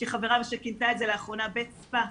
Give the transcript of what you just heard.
יש לי חברה שכינתה את זה לאחרונה בית ספא.